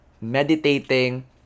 meditating